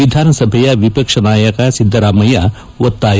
ವಿಧಾನಸಭೆಯ ವಿಪಕ್ಷ ನಾಯಕ ಸಿದ್ದರಾಮಯ್ಯ ಒತ್ತಾಯ